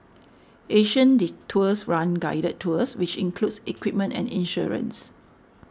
Asian Detours runs guided tours which includes equipment and insurance